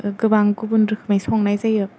गोबां गुबुन रोखोमै संनाय जायो